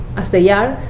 as they yeah are,